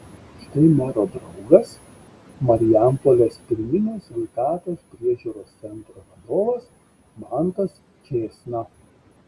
štai mero draugas marijampolės pirminės sveikatos priežiūros centro vadovas mantas čėsna